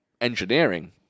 engineering